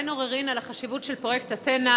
אין עוררין על החשיבות של פרויקט אתנה,